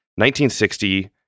1960